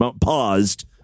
paused